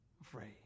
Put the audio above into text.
afraid